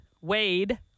Wade